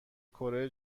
کره